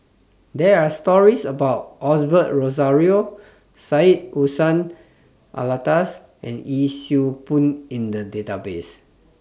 There Are stories about Osbert Rozario Syed Hussein Alatas and Yee Siew Pun in The Database